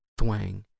thwang